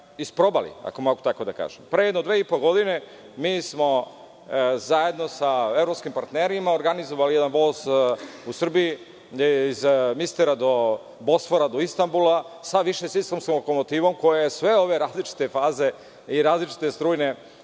isprobali, ako mogu tako da kažem. Pre jedno dve i po godine, mi smo zajedno sa evropskim partnerima organizovali jedan voz u Srbiji, do Bosfora, do Istanbula, sa više sistemskom lokomotivom koja je sve ove različite faze i različite strujne